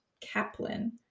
Kaplan